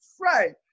Right